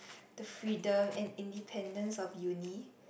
the freedom and independence of uni